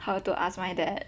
her to ask my dad